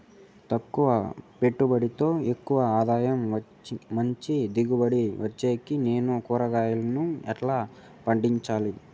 తక్కువ పెట్టుబడితో ఎక్కువగా ఆదాయం మంచి దిగుబడి ఇచ్చేకి నేను కూరగాయలను ఎలా పండించాలి?